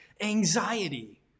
anxiety